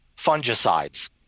fungicides